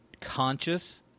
Conscious